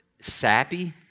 sappy